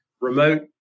remote